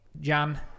Jan